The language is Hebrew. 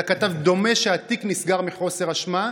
אלא כתב: דומה שהתיק נסגר מחוסר אשמה.